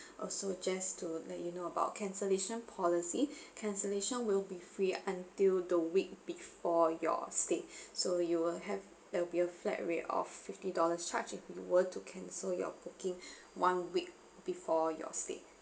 also just to let you know about cancellation policy cancellation will be free until the week before your stay so you will have there will be a flat rate of fifty dollars charge if you want to cancel your booking one week before your stay